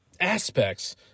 aspects